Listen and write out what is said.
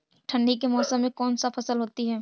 ठंडी के मौसम में कौन सा फसल होती है?